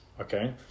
okay